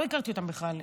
לא הכרתי אותם בכלל,